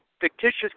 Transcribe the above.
fictitious